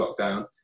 lockdown